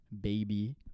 baby